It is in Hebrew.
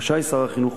רשאי שר החינוך,